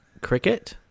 Cricket